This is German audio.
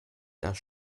das